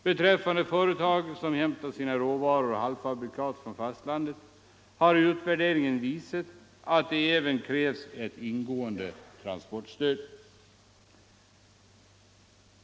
Beträffande företag som hämtat sina råvaror och halvfabrikat från fastlandet har utvärderingen visat att det även krävs ett ingående transportstöd.